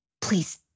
please